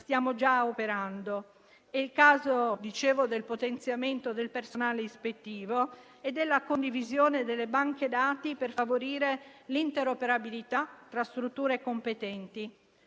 stiamo già operando. È il caso del potenziamento del personale ispettivo e della condivisione delle banche dati per favorire l'interoperabilità tra strutture competenti.